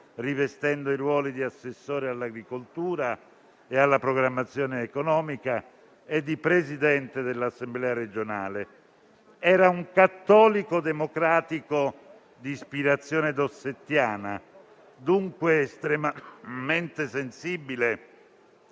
rivestendo i ruoli di assessore all'agricoltura e alla programmazione economica e di Presidente dell'Assemblea regionale. Era un cattolico democratico d'ispirazione dossettiana, dunque estremamente sensibile